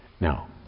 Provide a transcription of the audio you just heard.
Now